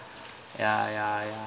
ya ya ya